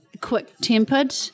quick-tempered